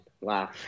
Wow